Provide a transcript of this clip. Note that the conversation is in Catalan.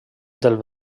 del